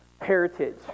heritage